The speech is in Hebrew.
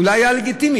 אולי זה לגיטימי,